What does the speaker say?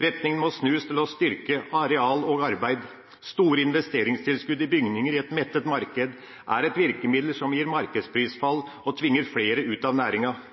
Retninga må snus til å styrke areal og arbeid. Store investeringstilskudd i bygninger i et mettet marked er et virkemiddel som gir markedsprisfall og tvinger flere ut av næringa,